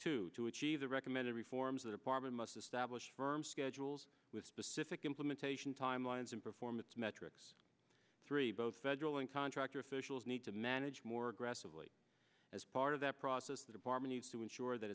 to to achieve the recommended reforms that apartment must establish firm schedules with specific implementation timelines and performance metrics three both federal and contractor officials need to manage more aggressively as part of that process the department needs to ensure that